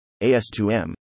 AS2M